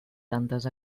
tantes